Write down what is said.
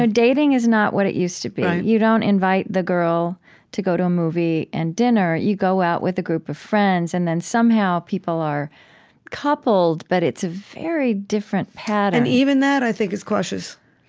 ah dating is not what it used to be. you don't invite the girl to go to a movie and dinner. you go out with a group of friends, and then, somehow, people are coupled. but it's a very different pattern and even that, i think, is cautious.